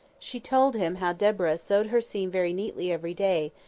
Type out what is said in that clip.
she told him how deborah sewed her seam very neatly every day,